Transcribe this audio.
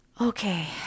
Okay